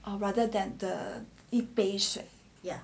rather than the 一杯水 ya